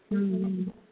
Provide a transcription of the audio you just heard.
હમ